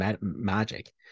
magic